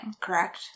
Correct